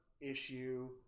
issue